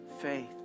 faith